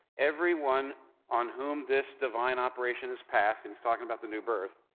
everyone on whom this divine operation has passed, and he's talking about the new birth,